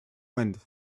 wind